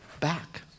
back